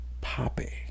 poppy